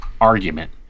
argument